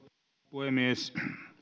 puhemies